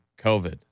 COVID